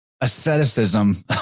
asceticism